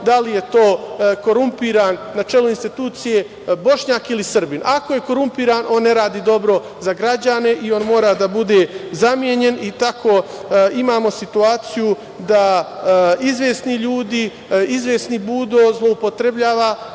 da li je to korumpiran na čelu institucije Bošnjak ili Srbin. Ako je korumpiran, on ne radi dobro za građane i on mora da bude zamenjen. Tako imamo situaciju da izvesni ljudi, izvesni „Budo“ zloupotrebljava